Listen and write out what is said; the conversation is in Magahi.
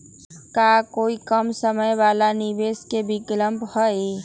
का कोई कम समय वाला निवेस के विकल्प हई?